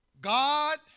God